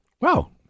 Wow